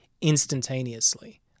instantaneously